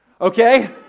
Okay